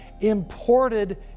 imported